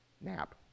nap